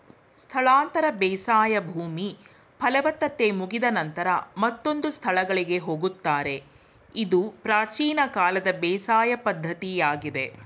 ಸ್ಥಳಾಂತರ ಬೇಸಾಯ ಭೂಮಿ ಫಲವತ್ತತೆ ಮುಗಿದ ನಂತರ ಮತ್ತೊಂದು ಸ್ಥಳಗಳಿಗೆ ಹೋಗುತ್ತಾರೆ ಇದು ಪ್ರಾಚೀನ ಕಾಲದ ಬೇಸಾಯ ಪದ್ಧತಿಯಾಗಿದೆ